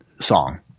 song